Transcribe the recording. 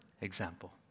example